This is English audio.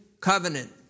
covenant